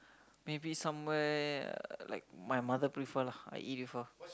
maybe somewhere uh like my mother prefer lah I eat with her